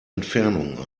entfernung